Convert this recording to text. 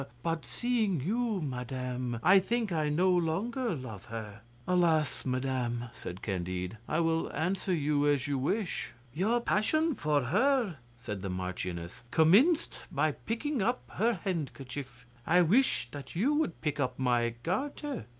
but seeing you, madame, i think i no longer love her alas! madame, said candide, i will answer you as you wish. your passion for her, said the marchioness, commenced by picking up her handkerchief. i wish that you would pick up my garter.